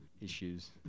issues